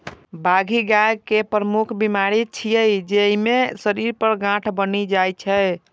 बाघी गाय के प्रमुख बीमारी छियै, जइमे शरीर पर गांठ बनि जाइ छै